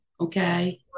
okay